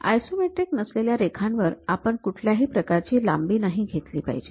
isometric नसलेल्या रेखांवर आपण कुठल्याही प्रकारची लांबी नाही घेतली पाहिजे